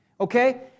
Okay